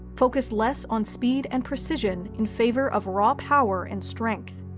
focused less on speed and precision in favor of raw power and strength.